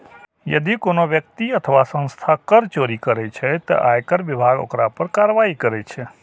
यदि कोनो व्यक्ति अथवा संस्था कर चोरी करै छै, ते आयकर विभाग ओकरा पर कार्रवाई करै छै